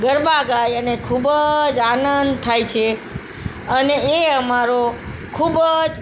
ગરબા ગાઈ અને ખૂબ જ આનંદ થાય છે અને એ અમારો ખૂબ જ